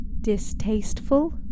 distasteful